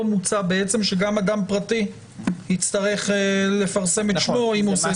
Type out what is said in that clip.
פה מוצע שגם אדם פרטי יצטרך לפרסם את שמו אם הוא עושה...